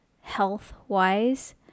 health-wise